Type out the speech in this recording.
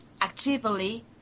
actively